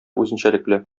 үзенчәлекле